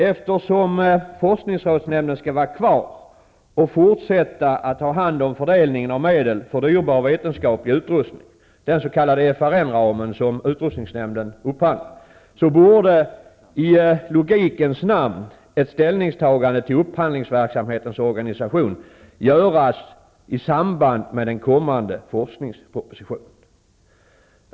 Eftersom forskningsrådsnämnden skall vara kvar och fortsätta att ha hand om fördelningen av medel för dyrbar vetenskaplig utrustning -- den s.k. FRN ramen -- borde i logikens namn ett ställningstagande beträffande upphandlingsverksamhetens organisation göras i samband med den kommande forskningspropositionen.